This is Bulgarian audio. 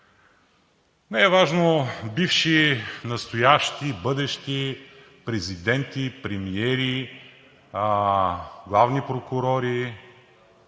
ни – бивши, настоящи, бъдещи президенти, премиери, главни прокурори,